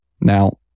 Now